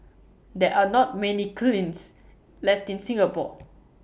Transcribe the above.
there are not many kilns left in Singapore